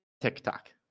TikTok